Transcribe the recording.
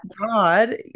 God